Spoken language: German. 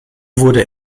wurde